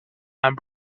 and